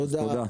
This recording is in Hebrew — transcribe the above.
תודה.